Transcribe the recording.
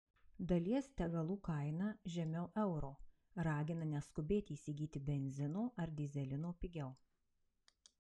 dalies degalų kaina žemiau euro ragina neskubėti įsigyti benzino ar dyzelino pigiau